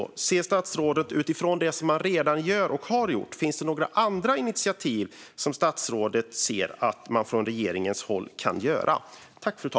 Utifrån det som man redan gör och har gjort undrar jag om statsrådet ser några andra initiativ som regeringen kan ta.